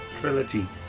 Trilogy